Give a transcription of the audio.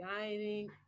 guiding